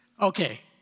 Okay